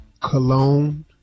Cologne